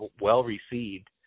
well-received